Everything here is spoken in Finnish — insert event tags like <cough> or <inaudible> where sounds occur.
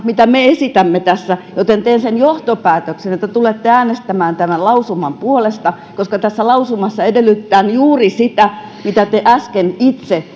mitä me esitämme tässä joten teen sen johtopäätöksen että tulette äänestämään tämän lausuman puolesta koska tässä lausumassa edellytetään juuri sitä mitä te äsken itse <unintelligible>